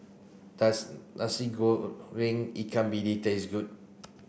does Nasi Goreng Ikan Bili taste good